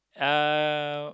uh